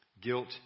Guilt